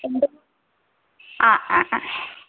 ഉണ്ട് ആ ആ ആ